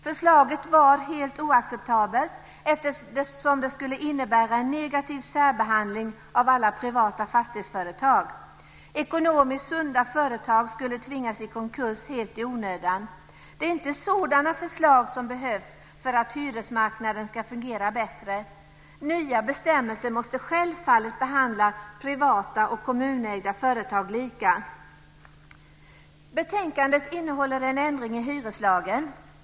Förslaget var helt oacceptabelt eftersom det skulle innebära en negativ särbehandling av alla privata fastighetsföretag. Ekonomiskt sunda företag skulle tvingas i konkurs helt i onödan. Det är inte sådana förslag som behövs för att hyresmarknaden ska fungera bättre. Nya bestämmelser måste självfallet behandla privata och kommunägda företag lika.